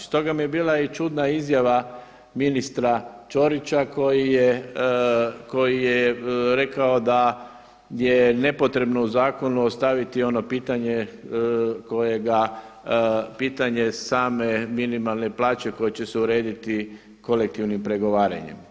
Stoga mi je bila čudna izjava ministra Ćorića koji je rekao da je nepotrebno u zakonu ostaviti ono pitanje kojega pitanje same minimalne plaće koja će se urediti kolektivnim pregovaranjem.